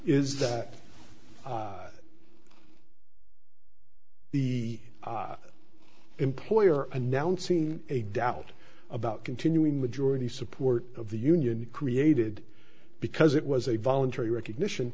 that the employer announcing a doubt about continuing majority support of the union created because it was a voluntary recognition